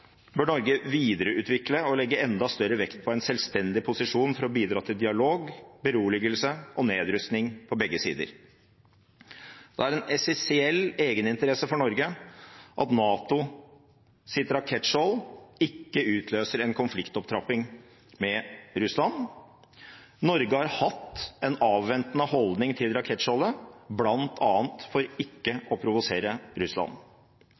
bør Norge videreutvikle og legge enda større vekt på en selvstendig posisjon for å bidra til dialog, beroligelse og nedrustning på begge sider. Det er en essensiell egeninteresse for Norge at NATOs rakettskjold ikke utløser en konfliktopptrapping med Russland. Norge har hatt en avventende holdning til rakettskjoldet, bl.a. for ikke å provosere Russland.